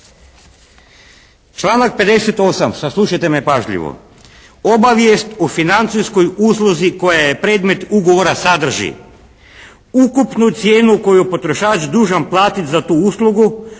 Članak 58. Saslušajte me pažljivo. Obavijest o financijskoj usluzi koja je predmet ugovora sadrži, ukupnu cijenu koju je potrošač dužan platiti za tu uslugu,